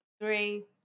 Three